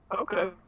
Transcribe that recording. Okay